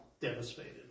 devastated